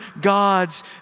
God's